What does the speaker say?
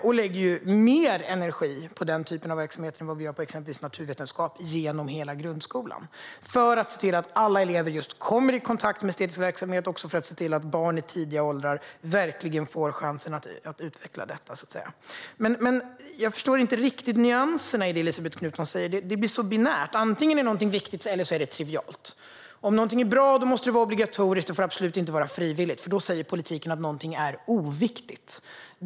Vi lägger mer energi på den typen av verksamhet än vad vi gör på exempelvis naturvetenskap genom hela grundskolan, för att se till att alla elever kommer i kontakt med estetisk verksamhet och för att se till att barn i tidiga åldrar verkligen får chansen att utveckla detta. Jag förstår inte riktigt nyanserna i det Elisabet Knutsson säger. Det blir så binärt. Antingen är något viktigt, eller så är det trivialt. Om något är bra måste det vara obligatoriskt och får absolut inte vara frivilligt, för då säger politiken att något är oviktigt.